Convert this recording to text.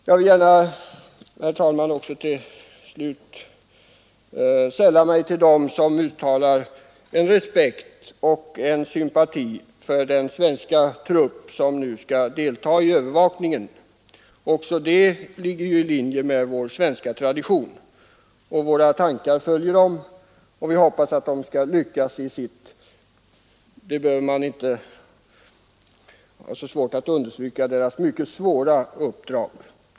Jag vill gärna också, herr talman, till slut sälla mig till dem som uttalar respekt och sympati för den svenska trupp som nu skall delta i övervakningen. Också det ligger ju i linje med vår svenska tradition. Våra tankar följer dem som där skall göra en insats, och vi hoppas att de skall lyckas i sitt — det behöver inte understrykas — mycket svåra uppdrag.